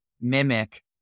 mimic